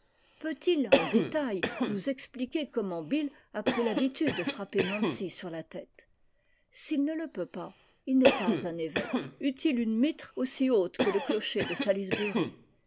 peut-il en détail nous expliquer comment bill a pris l'habitude de frapper nancy sur la tête s'il ne e peut pas il n'est pas un évèque eût-il une mître aussi haute que le clocher de salisbury il